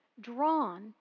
drawn